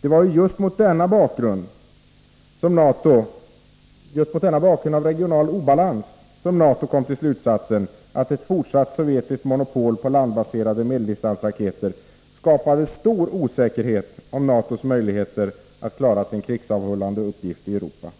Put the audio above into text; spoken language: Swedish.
Det var just mot denna bakgrund av regional obalans som NATO kom till slutsatsen att ett fortsatt sovjetiskt monopol på landbaserade medeldistansraketer skapade stor osäkerhet om NATO:s möjligheter att klara sin krigsavhållande uppgift i Europa.